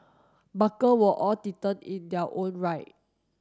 barker were all in their own right